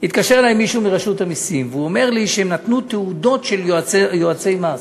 התקשר אלי מישהו מרשות המסים ואמר לי שהם נתנו תעודות של יועצי מס.